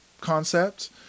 concept